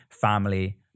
family